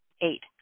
eight